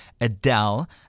Adele